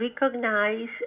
recognize